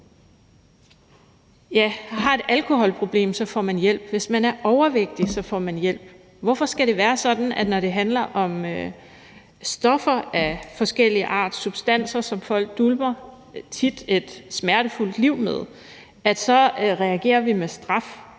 har et alkoholproblem, så får man hjælp; hvis man er overvægtig, så får man hjælp. Hvorfor skal det være sådan, at når det handler om stoffer af forskellig art, substanser, som folk dulmer et tit smertefuldt liv med, så reagerer vi med straf?